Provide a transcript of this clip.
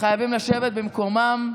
חייבים לשבת במקומם.